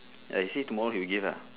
I say tomorrow he will get lah